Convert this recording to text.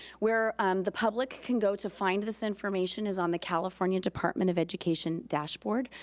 where um the public can go to find this information is on the california department of education dashboard,